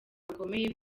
bakomeye